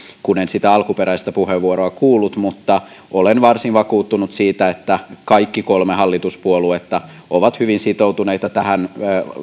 kun en sitä alkuperäistä puheenvuoroa kuullut mutta olen varsin vakuuttunut siitä että kaikki kolme hallituspuoluetta ovat hyvin sitoutuneita tähän